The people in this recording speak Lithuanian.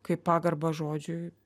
kaip pagarbą žodžiui